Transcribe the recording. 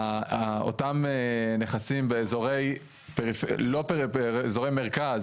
אותם נכסים באזורי מרכז,